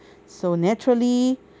so naturally